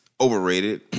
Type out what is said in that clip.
overrated